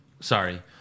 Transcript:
Sorry